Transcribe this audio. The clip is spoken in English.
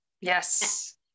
Yes